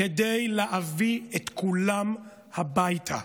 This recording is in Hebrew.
כדי להביא את כולם הביתה.